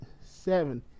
seven